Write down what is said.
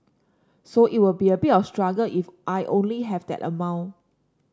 so it will be a bit of a struggle if I only have that amount